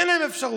אין להם אפשרות,